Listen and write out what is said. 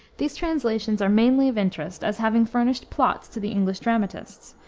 these translations are mainly of interest, as having furnished plots to the english dramatists.